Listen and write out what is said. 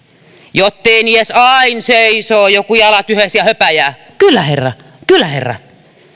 jot tein ies ain seisoo joku jalat yhes ja höpäjää kyllä herra kyllä herra